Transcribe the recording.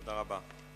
תודה רבה.